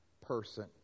person